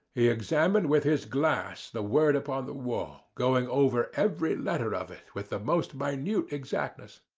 he examined with his glass the word upon the wall, going over every letter of it with the most minute exactness.